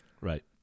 right